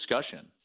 discussion